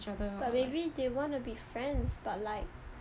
but maybe they wanna be friends but like